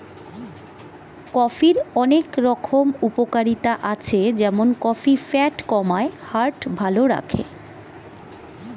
কফির অনেক রকম উপকারিতা আছে যেমন কফি ফ্যাট কমায়, হার্ট ভালো রাখে